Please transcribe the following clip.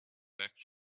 back